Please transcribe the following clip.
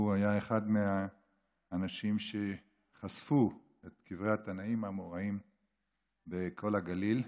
הוא היה אחד מהאנשים שחשפו את קברי התנאים והאמוראים בכל הגליל.